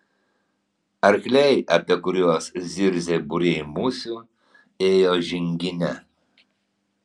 arkliai apie kuriuos zirzė būriai musių ėjo žingine